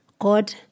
God